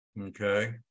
okay